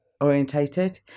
orientated